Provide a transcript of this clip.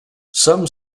some